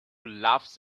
laughs